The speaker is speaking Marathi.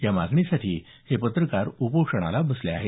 या मागणीसाठी हे पत्रकार उपोषणाला बसले आहेत